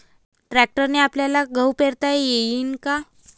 ट्रॅक्टरने आपल्याले गहू पेरता येईन का?